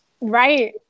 Right